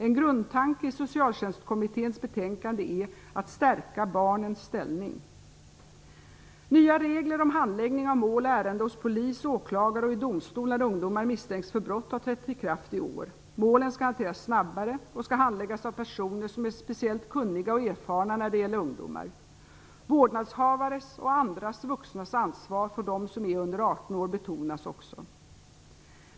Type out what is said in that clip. En grundtanke i Socialtjänstkommitténs betänkande är att stärka barnens ställning. Nya regler om handläggning av mål och ärenden hos polis, åklagare och i domstol när ungdomar misstänks för brott har trätt i kraft i år. Målen skall hanteras snabbare och skall handläggas av personer som är speciellt kunniga och erfarna när det gäller ungdomar. Vårdnadshavares och andra vuxnas ansvar för dem som är under 18 år betonas också.